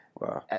Wow